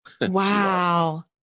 wow